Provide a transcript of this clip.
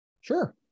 Sure